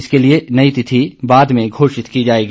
इसके लिए नई तिथि बाद में घोषित की जाएगी